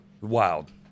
wild